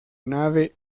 nave